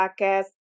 podcast